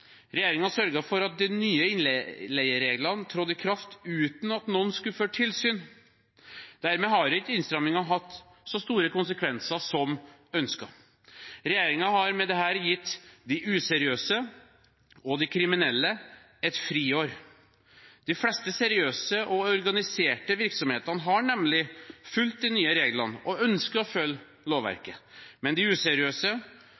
for at de nye innleiereglene trådte i kraft uten at noen skulle føre tilsyn. Dermed har ikke innstramningene hatt så store konsekvenser som ønsket. Regjeringen har med dette gitt de useriøse og de kriminelle et friår. De fleste seriøse og organiserte virksomhetene har nemlig fulgt de nye reglene og ønsker å følge